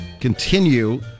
continue